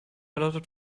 allotted